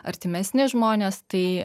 artimesni žmonės tai